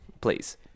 Please